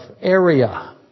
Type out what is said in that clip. area